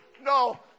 No